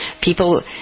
People